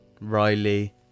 Riley